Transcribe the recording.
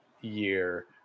year